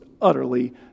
utterly